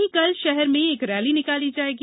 वहीं कल शहर में एक रैली निकाली जायेगी